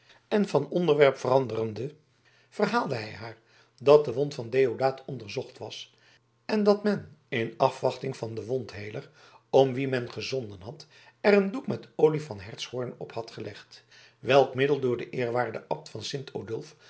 en van onderwerp veranderende verhaalde hij haar dat de wond van deodaat onderzocht was en dat men in afwachting van den wondheeler om wien men gezonden had er een doek met olie van hertshoorn op had gelegd welk middel door den eerwaarden abt van